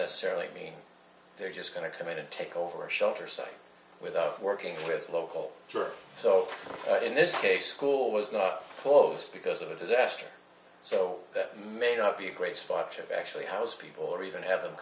necessarily mean they're just going to come in and take over shelter site without working with local drug so in this case school was not closed because of a disaster so that may not be a great spot to actually house people or even have them